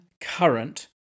current